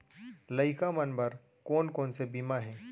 लइका मन बर कोन कोन से बीमा हे?